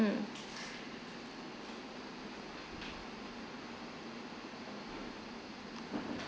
mm